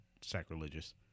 sacrilegious